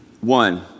One